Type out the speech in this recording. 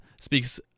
speaks